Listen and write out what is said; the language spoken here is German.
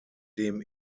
dem